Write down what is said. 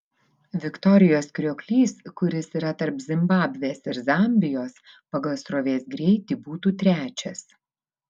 viktorijos krioklys kuris yra tarp zimbabvės ir zambijos pagal srovės greitį būtų trečias